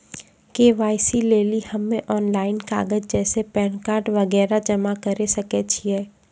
KYC लेली हम्मय online कागज जैसे पैन कार्ड वगैरह जमा करें सके छियै?